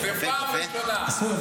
אני לא הייתי